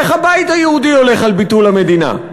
איך הבית היהודי הולך על ביטול המדינה?